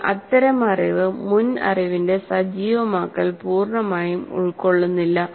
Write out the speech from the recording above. എന്നാൽ അത്തരം അറിവ് മുൻ അറിവിന്റെ സജീവമാക്കൽ പൂർണ്ണമായും ഉൾക്കൊള്ളുന്നില്ല